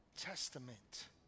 testament